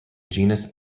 genus